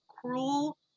cruel